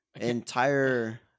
entire